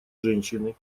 женщины